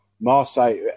Marseille